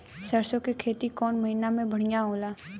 सरसों के खेती कौन महीना में बढ़िया होला?